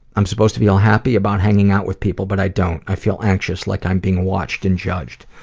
i'm supposed to feel happy about hanging out with people but i don't. i feel anxious, like i'm being watched and judged.